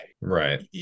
Right